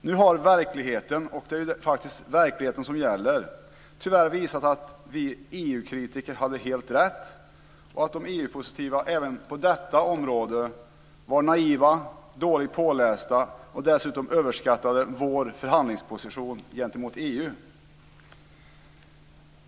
Nu har verkligheten - och det är faktiskt verkligheten som gäller - tyvärr visat att vi EU-kritiker hade helt rätt och de EU-positiva även på detta område var naiva, dåligt pålästa och dessutom överskattade vår förhandlingsposition gentemot EU.